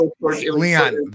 Leon